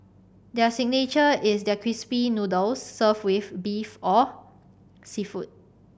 their signature is their crispy noodles served with beef or seafood